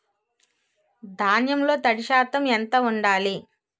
ధాన్యంలో తడి శాతం ఎంత ఉండాలి?